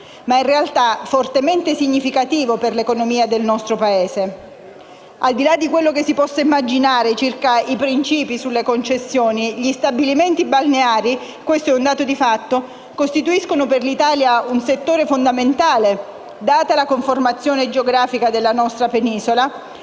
ma in realtà fortemente significativo per l'economia del nostro Paese. Al di là di ciò che in quest'Aula si può raccontare circa le finalità delle concessioni, gli stabilimenti balneari (e questo è un dato di fatto) costituiscono per l'Italia un settore fondamentale, data la conformazione geografica della nostra penisola